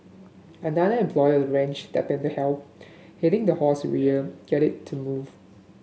another employee ranch stepped to help hitting the horse rear get it to move